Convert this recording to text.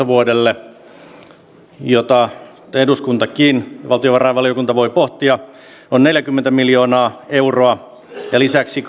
vuodelle kaksituhattaseitsemäntoista jota eduskuntakin valtiovarainvaliokunta voi pohtia on neljäkymmentä miljoonaa euroa ja lisäksi